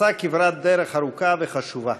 נעשתה כברת דרך ארוכה וחשובה.